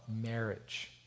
marriage